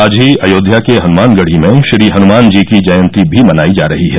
आज ही अयोध्या के हनुमानगढ़ी में श्री हनुमान जी की जयंती भी मनायी जा रही है